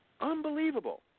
unbelievable